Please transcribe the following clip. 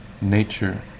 nature